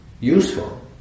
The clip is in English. useful